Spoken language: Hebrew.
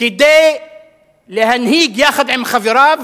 כדי להנהיג יחד עם חבריו